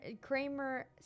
Kramer